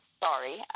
sorry